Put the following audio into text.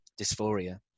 dysphoria